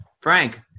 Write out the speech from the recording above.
Frank